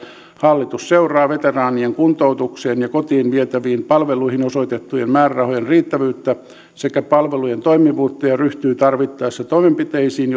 hallitus seuraa veteraanien kuntoutukseen ja kotiin vietäviin palveluihin osoitettujen määrärahojen riittävyyttä sekä palvelujen toimivuutta ja ryhtyy tarvittaessa toimenpiteisiin